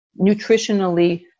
nutritionally